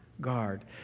guard